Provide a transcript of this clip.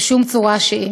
בשום צורה שהיא.